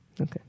okay